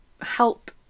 help